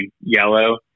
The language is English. yellow